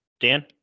Dan